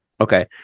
Okay